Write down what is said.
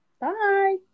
Bye